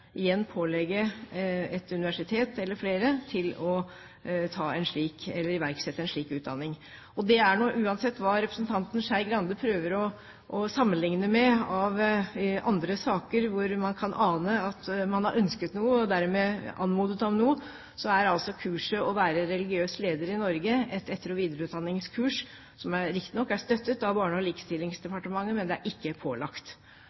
pålegge et universitet, eller flere, å iverksette en slik utdanning. Det er slik at uansett hvilke andre saker representanten Skei Grande prøver å sammenligne med der man kan ane at man har ønsket noe, og dermed anmodet om noe, er kurset om å være religiøs leder i Norge et etter- og videreutdanningskurs som riktignok er støttet av Barne-, likestillings- og inkluderingsdepartementet, men det er ikke pålagt.